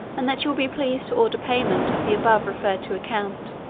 and that you will be pleased to order payment of the above referred-to account,